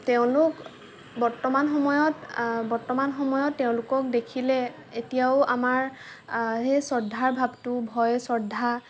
তেওঁলোক বৰ্তমান সময়ত বৰ্তমান সময়ত তেওঁলোকক দেখিলে এতিয়াও আমাৰ সেই শ্ৰদ্ধাৰ ভাবটো ভয় শ্ৰদ্ধা